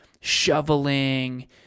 shoveling